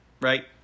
right